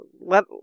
Let